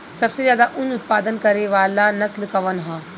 सबसे ज्यादा उन उत्पादन करे वाला नस्ल कवन ह?